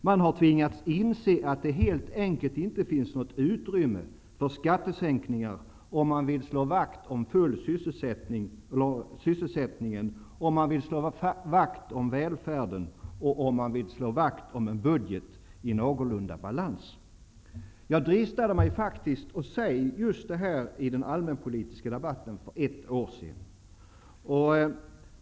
Man har tvingats inse att det helt enkelt inte finns något utrymme för skattesänkningar om man vill slå vakt om sysselsättning, välfärd och en budget i någorlunda balans. Jag dristade mig faktiskt att säga just detta i den allmänpolitiska debatten för ett år sedan.